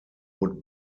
would